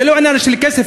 זה לא רק עניין של כסף.